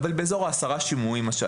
אבל בערך עשרה שימועים.